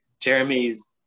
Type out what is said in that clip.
Jeremy's